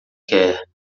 quer